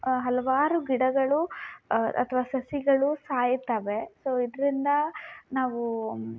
ಅ ಹಲವಾರು ಗಿಡಗಳು ಅಥ್ವಾ ಸಸಿಗಳು ಸಾಯ್ತವೆ ಸೊ ಇದರಿಂದಾ ನಾವು